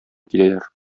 киләләр